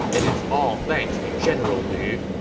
and it's all thanks to general lu.